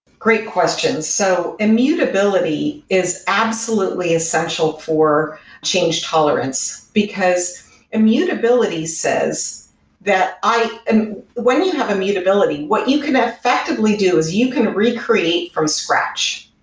great question. so immutability is absolutely essential for change tolerance, because immutability says that i when you have immutability, what you can effectively do is you can recreate from scratch,